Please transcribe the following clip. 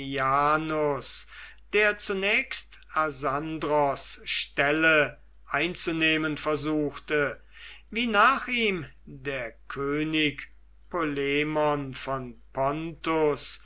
der zunächst asandros stelle einzunehmen versuchte wie nach ihm der könig polemon von pontus